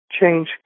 change